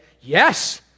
yes